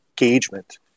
engagement